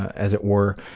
as it were.